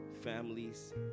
families